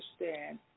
understand